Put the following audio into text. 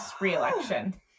re-election